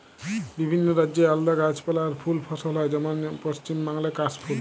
বিভিন্ন রাজ্যে আলদা গাছপালা আর ফুল ফসল হয় যেমন যেমন পশ্চিম বাংলায় কাশ ফুল